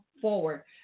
forward